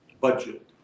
budget